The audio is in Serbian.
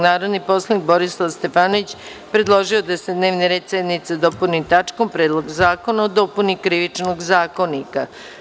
Narodni poslanik Borislav Stefanović predložio je da se dnevni red sednice dopuni tačkom – Predlog zakona o dopuni Krivičnog zakonika.